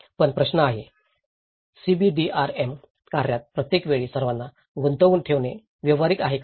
पण प्रश्न आहे सीबीडीआरएम कार्यात प्रत्येक वेळी सर्वांना गुंतवून ठेवणे व्यावहारिक आहे का